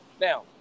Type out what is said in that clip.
Now